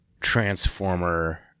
Transformer